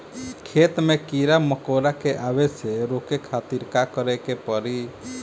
खेत मे कीड़ा मकोरा के आवे से रोके खातिर का करे के पड़ी?